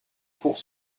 cours